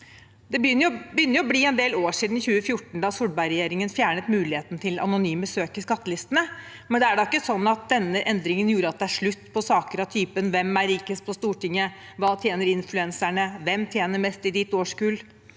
Det begynner å bli en del år siden 2014, da Solberg-regjeringen fjernet muligheten til anonyme søk i skattelistene, men denne endringen gjorde da ikke slutt på saker av typen «Hvem er rikest på Stortinget?», «Hva tjener influenserne?» eller «Hvem tjener mest i ditt årskull?».